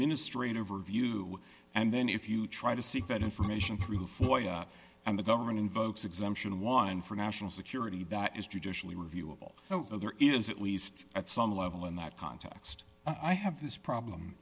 ministry and overview and then if you try to seek that information through for you and the government invokes exemption one for national security that is judicially reviewable so there is at least at some level in that context i have this problem